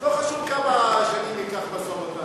לא חשוב כמה שנים ייקח המשא-ומתן,